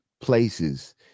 places